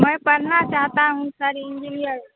में पढ़ना चाहता हूँ सर इंजीनियर